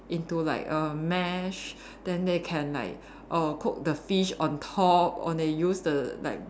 into like a mash then they can like err cook the fish on top or they use the like